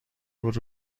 بود